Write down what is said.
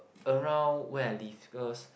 around where I live because